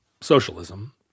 socialism